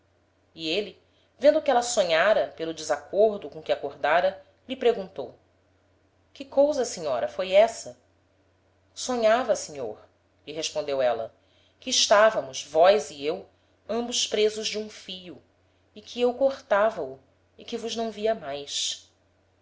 e êle vendo que éla sonhára pelo desacordo com que acordára lhe preguntou que cousa senhora foi essa sonhava senhor lhe respondeu éla que estávamos vós e eu ambos presos de um fio e que eu cortava o e que vos não via mais